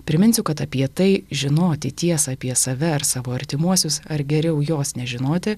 priminsiu kad apie tai žinoti tiesą apie save ar savo artimuosius ar geriau jos nežinoti